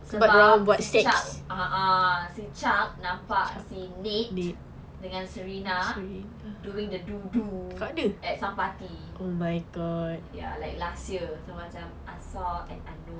sebab si chuck ah ah si chuck nampak si nick dengan serena doing the do do at some party ya like last year so macam I saw and I know